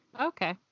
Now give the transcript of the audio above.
Okay